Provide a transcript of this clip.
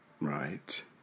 Right